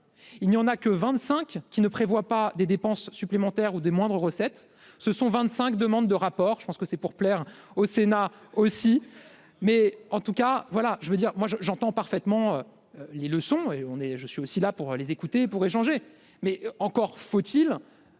il n'y en a que 25 qui ne prévoit pas des dépenses supplémentaires ou des moindres recettes, ce sont 25 demandes de rapport, je pense que c'est pour plaire au Sénat aussi, mais en tout cas, voilà, je veux dire moi je, j'entends parfaitement les leçons et on est, je suis aussi là pour les écouter, pour échanger, mais encore faut-il.